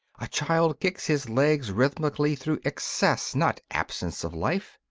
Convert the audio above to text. a child kicks his legs rhythmically through excess, not absence, of life.